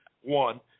one